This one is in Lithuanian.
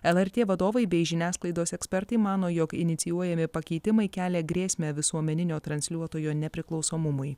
lrt vadovai bei žiniasklaidos ekspertai mano jog inicijuojami pakeitimai kelia grėsmę visuomeninio transliuotojo nepriklausomumui